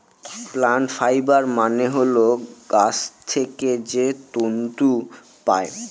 plant fibre মানে হল গাছ থেকে যে তন্তু পায়